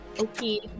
Okay